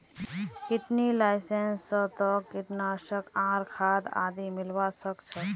कृषि लाइसेंस स तोक कीटनाशक आर खाद आदि मिलवा सख छोक